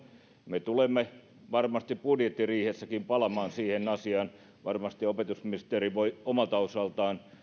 me tulemme varmasti budjettiriihessäkin palaamaan siihen asiaan varmasti opetusministeri voi omalta osaltaan